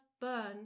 burn